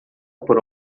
por